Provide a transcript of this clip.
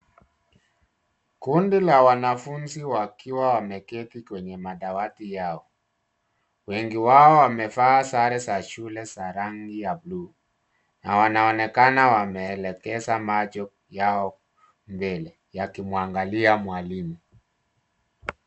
Kundi la wanafunzi wakiwa wameketi kwenye madawati yao. Wengi wao wamevaa sare za shule za rangi ya buluu na wanaonekana wameelekeza macho yao mbele yakimwangalia mwalimu.